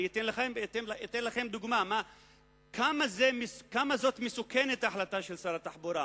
אני אתן לכם דוגמה כמה מסוכנת ההחלטה של שר התחבורה.